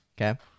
Okay